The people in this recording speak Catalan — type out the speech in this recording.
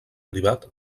privat